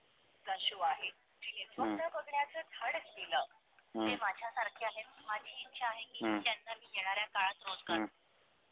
ꯎꯝ ꯎꯝ ꯎꯝ ꯎꯝ